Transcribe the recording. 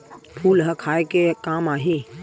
फूल ह खाये के काम आही?